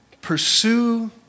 pursue